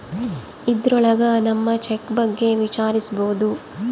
ಇದ್ರೊಳಗ ನಮ್ ಚೆಕ್ ಬಗ್ಗೆ ವಿಚಾರಿಸ್ಬೋದು